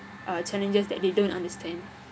uh challenges that they don't understand